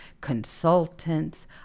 consultants